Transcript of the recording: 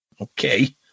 Okay